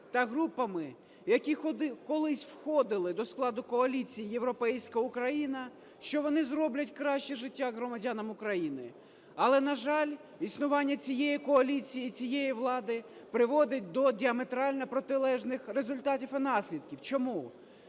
та групами, які колись входили до складу коаліції "Європейська Україна", що вони зроблять краще життя громадянам України. Але, на жаль, існування цієї коаліції, цієї влади приводить до діаметрально протилежних результатів і наслідків. Чому?